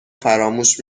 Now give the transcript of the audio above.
فراموش